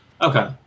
Okay